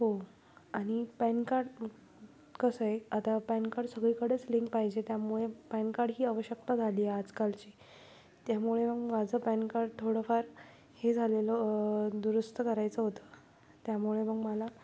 हो आणि PAN card कसं आहे आता पॅन कार्ड सगळीकडेच लिंक पाहिजे त्यामुळे पॅन कार्ड ही आवश्यकता झाली आहे आजकालची त्यामुळे मग माझं पॅन कार्ड थोडंफार हे झालेलं दुरुस्त करायचं होतं त्यामुळे मग मला